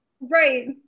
right